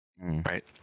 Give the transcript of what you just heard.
Right